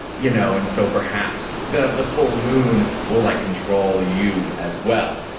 you know and so perhaps the the full moon will like control you as well.